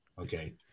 okay